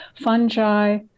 fungi